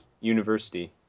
University